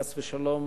חס ושלום,